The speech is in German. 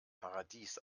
paradies